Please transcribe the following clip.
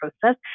process